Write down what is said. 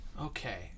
Okay